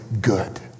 good